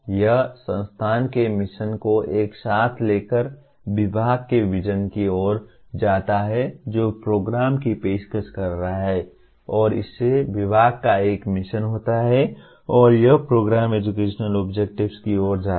यह संस्थान के मिशन को एक साथ लेकर विभाग के विज़न की ओर जाता है जो प्रोग्राम की पेशकश कर रहा है और इससे विभाग का एक मिशन होता है और यह प्रोग्राम एजुकेशनल ऑब्जेक्टिव्स की ओर जाता है